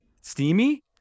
Steamy